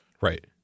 Right